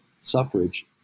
suffrage